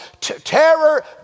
Terror